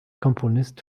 komponist